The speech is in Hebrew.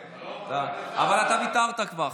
אבל אתה ויתרת כבר.